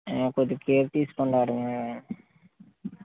కొద్దిగా కేర్ తీసుకోండి వాడి మీద